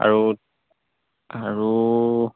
আৰু আৰু